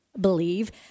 believe